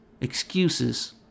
excuses